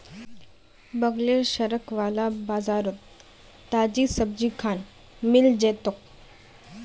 बगलेर सड़क वाला बाजारोत ताजी सब्जिखान मिल जै तोक